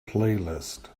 playlist